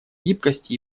гибкости